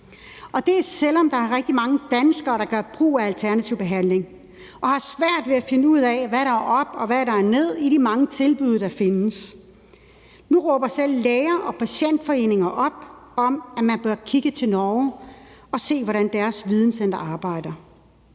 og det, selv om der er rigtig mange danskere, der gør brug af alternativ behandling, og som har svært ved at finde ud af, hvad der er op og ned i de mange tilbud, der findes. Nu råber selv læger og patientforeninger op om, at man bør kigge til Norge og se, hvordan deres videncenter arbejder.